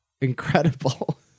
incredible